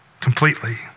completely